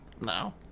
No